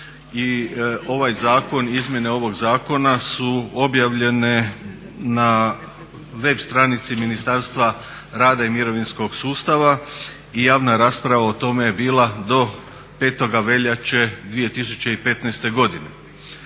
ovaj zakon, izmjene ovog zakona su objavljene na web stranici Ministarstva rada i mirovinskog sustava i javna rasprava o tome je bila do 5. veljače 2015. godine.